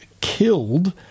Killed